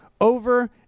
over